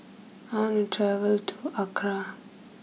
I want to travel to Accra